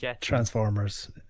Transformers